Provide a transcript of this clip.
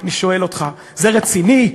אני שואל אותך, זה רציני?